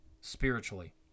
spiritually